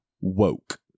woke